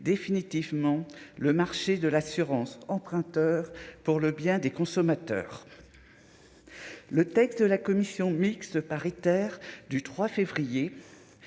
définitivement le marché de l'assurance emprunteur pour le bien des consommateurs, le texte de la commission mixte paritaire du 3 février